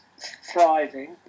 thriving